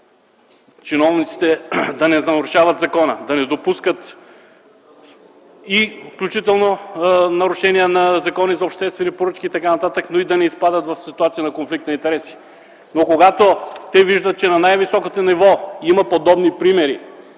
чиновниците да не нарушават закона, да не допускат нарушения на Закона за обществените поръчки и така нататък, но и да не изпадат в ситуация на конфликт на интереси. Но когато те виждат, че на най високото ниво има подобни примери,